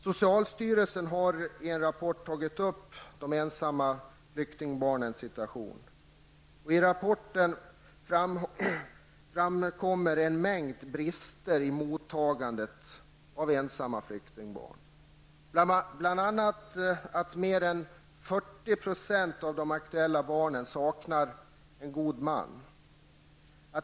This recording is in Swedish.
Socialstyrelsen har tagit upp de ensamma flyktingbarnens situation i en rapport, där det framkommer en mängd brister i mottagandet av ensamma flyktingbarn. Bl.a. saknade mer än 40 % av de aktuella barnen en god man.